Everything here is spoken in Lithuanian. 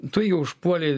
tu jį užpuolei